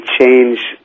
change